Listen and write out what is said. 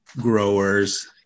growers